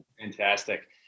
Fantastic